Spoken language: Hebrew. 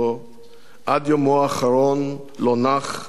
עד יומו האחרון לא נח ולא שקט.